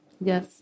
Yes